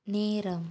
நேரம்